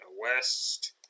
west